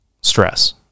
stress